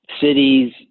cities